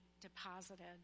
deposited